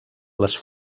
les